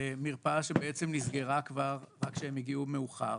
במרפאה שבעצם נסגרה כבר, רק שהם הגיעו מאוחר.